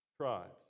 tribes